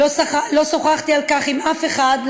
לא שוחחתי על כך עם אף אחד,